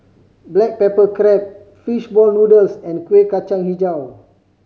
black pepper crab fish ball noodles and Kuih Kacang Hijau